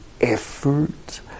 effort